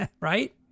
right